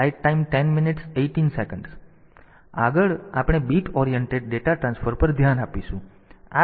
આગળ આપણે bit oriented data transfer પર ધ્યાન આપીશું